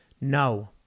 No